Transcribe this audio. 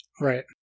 Right